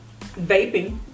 Vaping